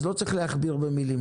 אז לא צריך להכביר במילים.